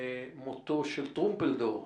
למותו של טרומפלדור.